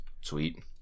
sweet